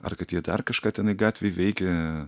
ar kad jie dar kažką tenai gatvėj veikia